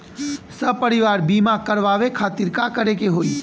सपरिवार बीमा करवावे खातिर का करे के होई?